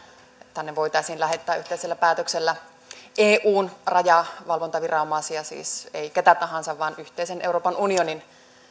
tänne voitaisiin lähettää yhteisellä päätöksellä eun rajavalvontaviranomaisia siis ei keitä tahansa vaan yhteisen euroopan unionin